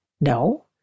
No